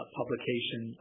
publication